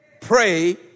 pray